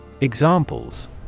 Examples